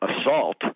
assault